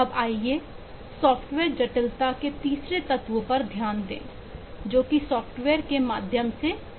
अब आइए सॉफ्टवेयर जटिलता के तीसरे तत्व पर ध्यान दें जो कि सॉफ्टवेयर के माध्यम से लचीलापन है